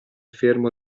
fermo